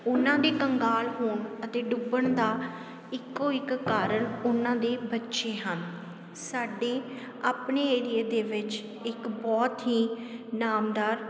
ਉਹਨਾਂ ਦੀ ਕੰਗਾਲ ਹੋਣ ਅਤੇ ਡੁੱਬਣ ਦਾ ਇੱਕੋ ਇੱਕ ਕਾਰਨ ਉਹਨਾਂ ਦੇ ਬੱਚੇ ਹਨ ਸਾਡੀ ਆਪਣੇ ਏਰੀਏ ਦੇ ਵਿੱਚ ਇੱਕ ਬਹੁਤ ਹੀ ਨਾਮਦਾਰ